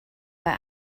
bei